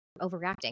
overreacting